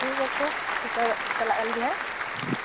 ᱴᱷᱮᱠ ᱟᱪᱷᱮ ᱥᱮᱴᱮᱨ ᱪᱟᱞᱟᱜ ᱟᱹᱞᱤᱧ ᱦᱟᱸᱜ